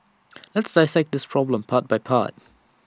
let's dissect this problem part by part